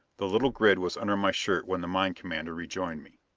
the little grid was under my shirt when the mine commander rejoined me.